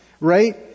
Right